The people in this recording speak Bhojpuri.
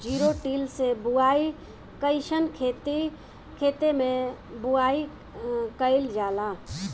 जिरो टिल से बुआई कयिसन खेते मै बुआई कयिल जाला?